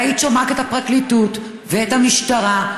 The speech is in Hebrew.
והיית שומעת את הפרקליטות ואת המשטרה,